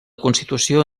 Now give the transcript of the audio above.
constitució